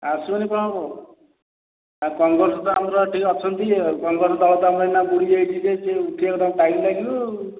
ଆସିବନି କ'ଣ ହବ ଆଉ କଂଗ୍ରେସ୍ ତ ଆମର ଏଠି ଅଛନ୍ତି ଆଉ କଂଗ୍ରେସ୍ ଦଳ ତ ଆମର ଏଇନା ବୁଡ଼ିଯାଇଛି ଯେ ସେ ଉଠିବାକୁ ତାଙ୍କୁ ଟାଇମ୍ ଲାଗିବ ଆଉ